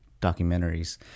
documentaries